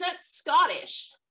Scottish